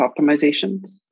optimizations